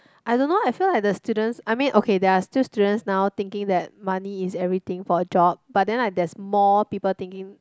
I don't know I feel like the student I mean okay there are still students now thinking that money is everything for a job but then like there's more people thinking